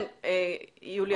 כן, יוליה.